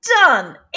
Done